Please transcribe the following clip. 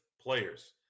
players